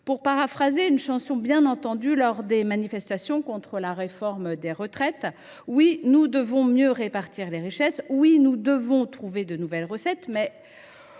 Pour paraphraser une chanson entendue bien des fois lors des manifestations contre la réforme des retraites, oui, nous devons mieux répartir les richesses ; oui, nous devons trouver de nouvelles recettes. Mais,